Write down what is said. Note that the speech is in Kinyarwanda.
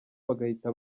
bagahita